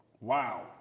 Wow